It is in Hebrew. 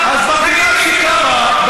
אז במדינה שקמה,